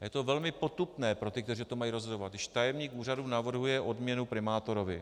Je to velmi potupné pro ty, kteří o tom mají rozhodovat, když tajemník úřadu navrhuje odměnu primátorovi.